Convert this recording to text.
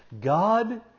God